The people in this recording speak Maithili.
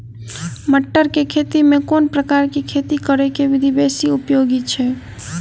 मटर केँ खेती मे केँ प्रकार केँ खेती करऽ केँ विधि बेसी उपयोगी छै?